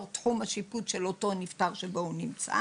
תחום השיפוט של אותו נפטר בו הוא נמצא